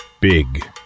Big